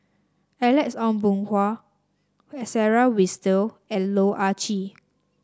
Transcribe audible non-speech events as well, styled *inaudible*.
Alex Ong Boon Hau *noise* Sarah Winstedt and Loh Ah Chee